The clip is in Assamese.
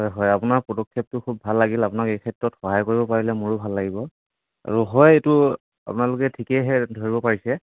হয় হয় আপোনাৰ পদক্ষেপটো খুব ভাল লাগিল আপোনাক এই ক্ষেত্ৰত সহায় কৰিব পাৰিলে মোৰো ভাল লাগিব আৰু হয় এইটো আপোনালোকে ঠিকেইহে ধৰিব পাৰিছে